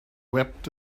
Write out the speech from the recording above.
wept